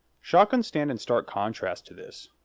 shotguns stand in stark contrast to this.